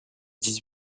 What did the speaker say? dix